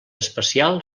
especial